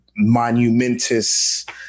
monumentous